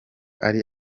ari